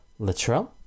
latrell